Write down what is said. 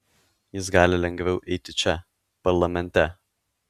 jis gali lengviau eiti čia parlamente